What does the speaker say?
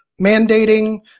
mandating